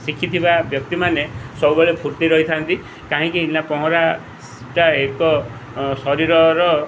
ଶିଖିଥିବା ବ୍ୟକ୍ତିମାନେ ସବୁବେଳେ ଫୁର୍ତ୍ତି ରହିଥାନ୍ତି କାହିଁକିନା ପହଁରାଟା ଏକ ଶରୀରର